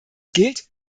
gilt